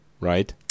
right